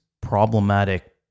problematic